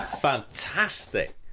Fantastic